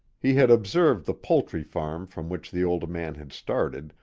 he had observed the poultry-farm from which the old man had started,